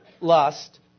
lust